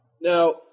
Now